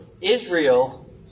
Israel